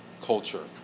culture